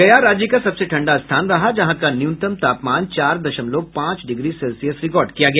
गया राज्य का सबसे ठंडा स्थान रहा जहां का न्यूनतम तापमान चार दशलमव पांच डिग्री सेल्सियस रिकॉर्ड किया गया